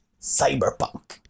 Cyberpunk